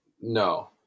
no